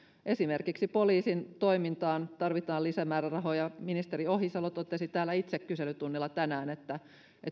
esimerkiksi poliisin toimintaan tarvitaan lisämäärärahoja ministeri ohisalo itse totesi täällä kyselytunnilla tänään että